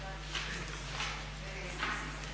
Hvala